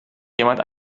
jemand